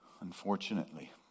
Unfortunately